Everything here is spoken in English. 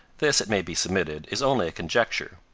this, it may be submitted, is only a conjecture.